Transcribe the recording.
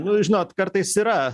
nu žinot kartais yra